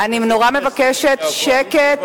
אני נורא מבקשת שקט.